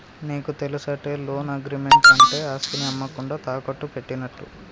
నీకు తెలుసటే, loan agreement అంటే ఆస్తిని అమ్మకుండా తాకట్టు పెట్టినట్టు